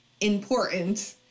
important